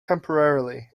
temporarily